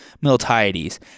Miltiades